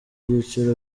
byiciro